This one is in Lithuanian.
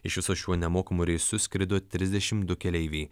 iš viso šiuo nemokamu reisu skrido trisdešimt du keleiviai